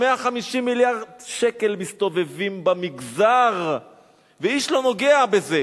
150 מיליארד שקל מסתובבים במגזר ואיש לא נוגע בזה.